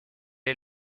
est